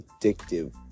addictive